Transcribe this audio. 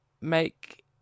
make